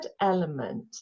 element